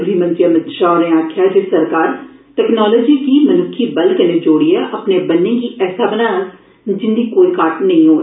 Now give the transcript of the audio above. गृह मंत्री अभित शाह होरें आखेआ ऐ जे सरकार टेक्नोलाजी गी मनुक्खी बल कन्नै जोड़ियै अपने बन्नें गी ऐसा बनाना ऐ जिंदी कोई काट नेईं होऐ